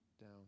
down